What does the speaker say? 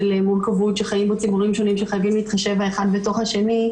מורכבות שחיים בו ציבורים שונים שחייבים להתחשב האחד בשני,